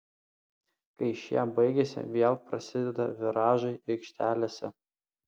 kai šie baigiasi vėl prasideda viražai aikštelėse